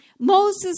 Moses